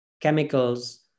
chemicals